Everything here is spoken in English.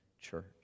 church